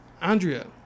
Andrea